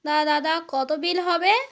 তা দাদা কত বিল হবে